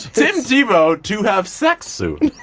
tim tebow to have sex soon.